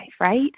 right